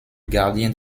gardien